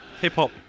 hip-hop